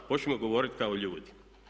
Počnimo govoriti kao ljudi.